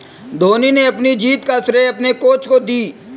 धोनी ने अपनी जीत का श्रेय अपने कोच को दी